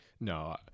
no